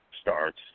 starts